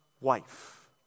wife